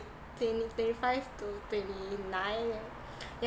twenty twenty-five to twenty-nine eh